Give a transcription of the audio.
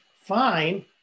fine